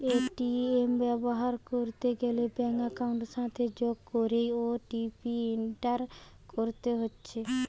ATM ব্যবহার কইরিতে গ্যালে ব্যাঙ্ক একাউন্টের সাথে যোগ কইরে ও.টি.পি এন্টার করতে হতিছে